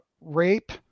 rape